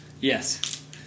Yes